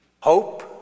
Hope